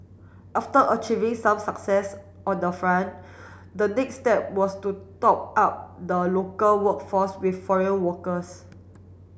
after achieving some success on the front the next step was to top up the local workforce with foreign workers